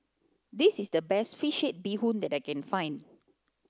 this is the best fish head bee hoon that I can find